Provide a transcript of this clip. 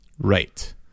Right